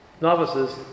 novices